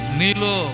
nilo